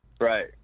Right